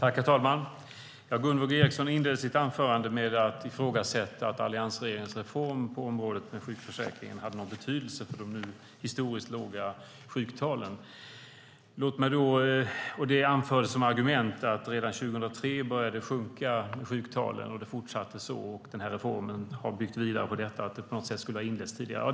Herr talman! Gunvor G Ericson inledde sitt anförande med att ifrågasätta att alliansregeringens reform på området med sjukförsäkringen hade någon betydelse för de nu historiskt låga sjuktalen. Det anfördes som argument att sjuktalen började sjunka redan 2003, att det fortsatte så och att reformen bygger på detta och att det skulle ha inletts tidigare.